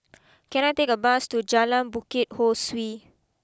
can I take a bus to Jalan Bukit Ho Swee